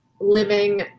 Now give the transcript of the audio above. living